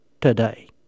today